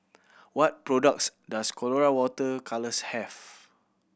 what products does Colora Water Colours have